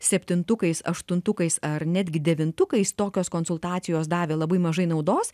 septintukais aštuntukais ar netgi devintukais tokios konsultacijos davė labai mažai naudos